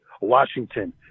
Washington